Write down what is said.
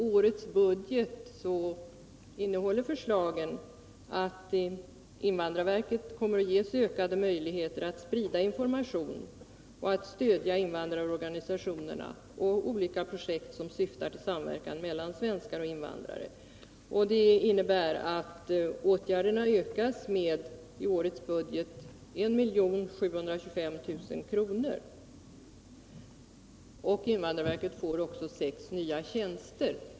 Årets budgetförslag innebär emellertid att invandrarverket får ökade möjligheter att sprida information och att stödja invandrarorganisationerna och olika projekt som syftar till samverkan mellan svenskar och invandrare. Enligt årets budgetförslag ökas anslagen för dessa ändamål med 1 725 000 kr. Invandrarverket får dessutom sex nya tjänster.